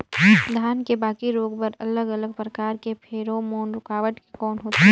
धान के बाकी रोग बर अलग अलग प्रकार के फेरोमोन रूकावट के कौन होथे?